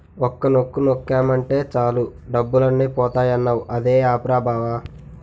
ఒక్క నొక్కు నొక్కేమటే సాలు డబ్బులన్నీ పోతాయన్నావ్ అదే ఆప్ రా బావా?